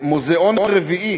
מוזיאון רביעי